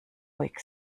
ruhig